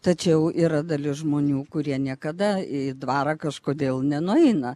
tačiau yra dalis žmonių kurie niekada į dvarą kažkodėl nenueina